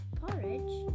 porridge